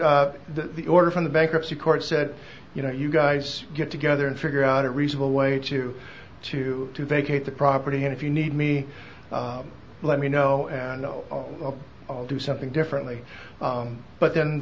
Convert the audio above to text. court the order from the bankruptcy court said you know you guys get together and figure out a reasonable way to to to vacate the property and if you need me let me know and i'll do something differently but then